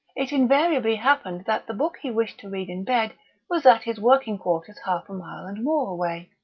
it invariably happened that the book he wished to read in bed was at his working-quarters half a mile and more away,